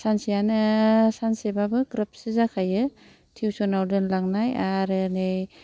सानसेयानो सानसेबाबो ग्रोबसो जाखायो टिउसनाव दोनलांनाय आरो नै